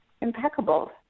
impeccable